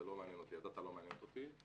זה לא מעניין אותי.